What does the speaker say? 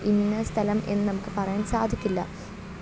ഇന്ന സ്ഥലം എന്ന് നമുക്ക് പറയാൻ സാധിക്കില്ല